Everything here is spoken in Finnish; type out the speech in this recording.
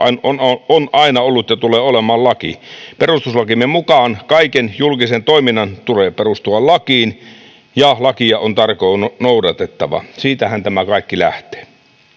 on on aina ollut ja tulee olemaan laki perustuslakimme mukaan kaiken julkisen toiminnan tulee perustua lakiin ja lakia on tarkoin noudatettava siitähän tämä kaikki lähtee